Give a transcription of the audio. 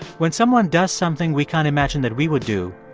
when someone does something we can't imagine that we would do,